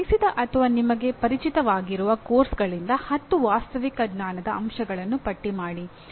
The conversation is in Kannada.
ನೀವು ಕಲಿಸಿದ ಅಥವಾ ನಿಮಗೆ ಪರಿಚಿತವಾಗಿರುವ ಪಠ್ಯಕ್ರಮಗಳಿಂದ 10 ವಾಸ್ತವಿಕ ಜ್ಞಾನದ ಅಂಶಗಳನ್ನು ಪಟ್ಟಿ ಮಾಡಿ